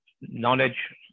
knowledge